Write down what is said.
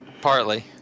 partly